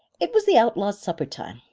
it was the outlaws' supper time,